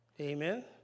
Amen